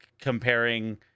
comparing